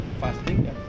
fasting